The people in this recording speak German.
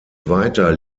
weiter